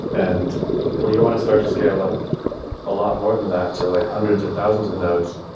and when you want to start to scale up a lot more than that to like hundreds or thousands of nodes,